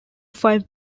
five